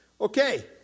Okay